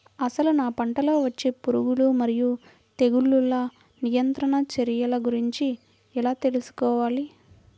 అసలు నా పంటలో వచ్చే పురుగులు మరియు తెగులుల నియంత్రణ చర్యల గురించి ఎలా తెలుసుకోవాలి?